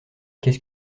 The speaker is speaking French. qu’est